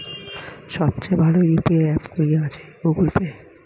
সবচেয়ে ভালো ইউ.পি.আই অ্যাপটি কি আছে?